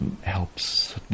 helps